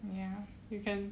ya you can